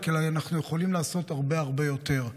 אלא כי אנחנו יכולים לעשות הרבה הרבה יותר.